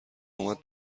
اومد